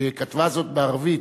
שכתבה זאת בערבית,